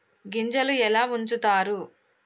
గింజలు ఎలా ఉంచుతారు?